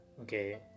Okay